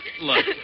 Look